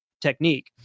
technique